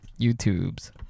YouTubes